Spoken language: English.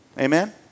Amen